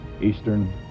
Eastern